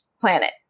planet